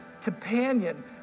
companion